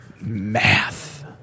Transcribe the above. math